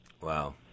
Wow